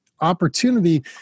opportunity